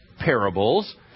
parables